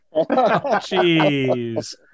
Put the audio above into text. jeez